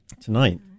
tonight